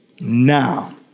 Now